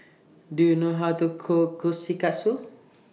Do YOU know How to Cook Kushikatsu